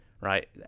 right